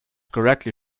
correctly